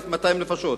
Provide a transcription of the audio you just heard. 1,200 נפשות,